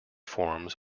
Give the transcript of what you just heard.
forms